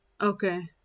okay